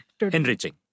enriching